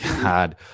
god